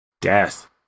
death